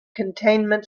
containment